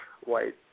white